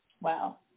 Wow